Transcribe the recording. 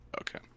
Okay